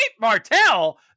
Martell